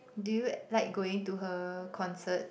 do you like going to her concert